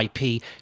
IP